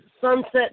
Sunset